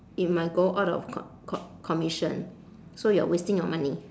it might go out of co~ co~ commission so you are wasting your money